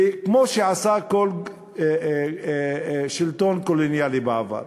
כמו שעשה כל שלטון קולוניאלי בעבר.